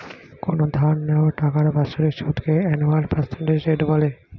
কোনো ধার নেওয়া টাকার বাৎসরিক সুদকে অ্যানুয়াল পার্সেন্টেজ রেট বলে